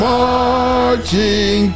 marching